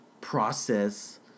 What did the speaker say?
process